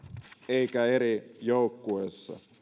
eikä eri joukkueissa